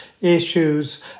issues